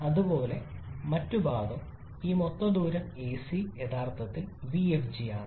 അതുപോലെ മറ്റ് ഭാഗം ഈ മൊത്തം ദൂരം എസി യഥാർത്ഥത്തിൽ vfg ആണ്